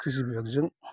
क्रसि बिफागजों